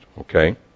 Okay